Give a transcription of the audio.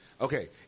okay